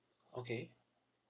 okay